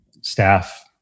staff